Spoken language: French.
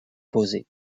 posée